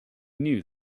knew